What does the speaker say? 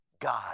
God